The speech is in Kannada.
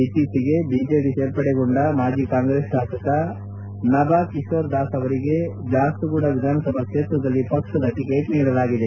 ಇತ್ತೀಚೆಗೆ ಬಿಜೆಡಿ ಸೇರ್ಪಡೆಗೊಂಡ ಮಾಜಿ ಕಾಂಗ್ರೆಸ್ ಶಾಸಕ ನಭಾ ಕಿಶೋರ್ ದಾಸ್ ಅವರಿಗೆ ಝಾರುಗುಡ ವಿಧಾನಸಭಾ ಕ್ಷೇತ್ರದಲ್ಲಿ ಪಕ್ಷದ ಟಿಕೇಟ್ ನೀಡಲಾಗಿದೆ